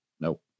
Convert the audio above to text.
nope